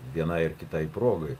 vienai ar kitai progai